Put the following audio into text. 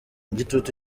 igitutu